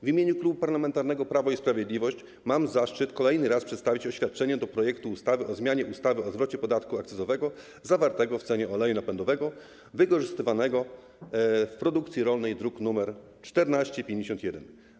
W imieniu Klubu Parlamentarnego Prawo i Sprawiedliwość mam zaszczyt kolejny raz przedstawić oświadczenie dotyczące projektu ustawy o zmianie ustawy o zwrocie podatku akcyzowego zawartego w cenie oleju napędowego wykorzystywanego do produkcji rolnej, druk nr 1451.